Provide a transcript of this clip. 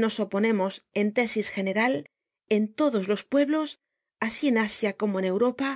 nos oponemos en lésis general en todos los pueblos asi en asia como en europa